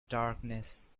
darkness